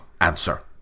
answer